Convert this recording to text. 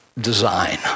design